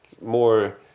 more